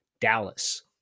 Dallas